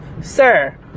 Sir